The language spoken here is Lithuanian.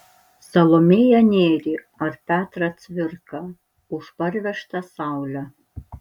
salomėją nėrį ar petrą cvirką už parvežtą saulę